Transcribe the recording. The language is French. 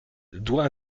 doit